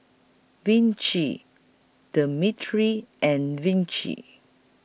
Vichy Cetrimide and Vichy